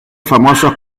famosos